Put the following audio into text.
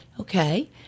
Okay